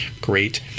Great